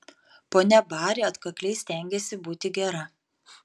ponia bari atkakliai stengėsi būti gera